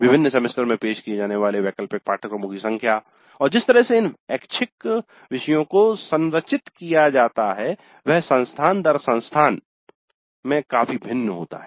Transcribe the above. विभिन्न सेमेस्टर में पेश किए जाने वाले वैकल्पिक पाठ्यक्रमों की संख्या और जिस तरह से इन ऐच्छिक पाठ्यक्रमो को संरचित किया जाता है वह संस्थान दर संस्थान में काफी भिन्न होता है